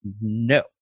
No